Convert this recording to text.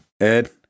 ed